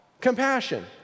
compassion